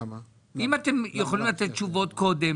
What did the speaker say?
אם אתם יכולים לתת תשובות קודם,